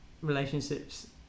relationships